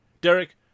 Derek